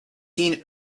seen